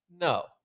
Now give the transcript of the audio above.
No